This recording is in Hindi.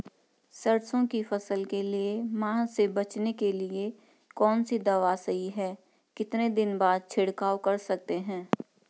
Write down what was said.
सरसों की फसल के लिए माह से बचने के लिए कौन सी दवा सही है कितने दिन बाद छिड़काव कर सकते हैं?